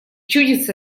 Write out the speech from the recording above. чудится